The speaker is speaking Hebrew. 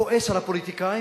כועס על הפוליטיקאים,